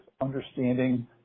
understanding